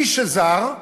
מי שזר,